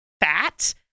fat